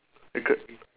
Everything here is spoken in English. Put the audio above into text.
becau~